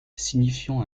signifiant